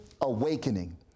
awakening